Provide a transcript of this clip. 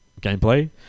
gameplay